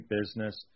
business